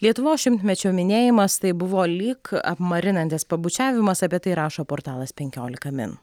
lietuvos šimtmečio minėjimas tai buvo lyg apmarinantis pabučiavimas apie tai rašo portalas penkiolika min